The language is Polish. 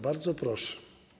Bardzo proszę.